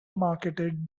marketed